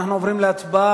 אנחנו עוברים להצבעה.